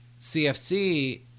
CFC